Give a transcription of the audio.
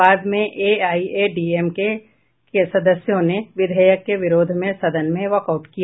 बाद में एआईएडीएमके सदस्यों ने विधेयक के विरोध में सदन से वॉक आउट किया